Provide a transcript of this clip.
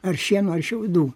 ar šieno ar šiaudų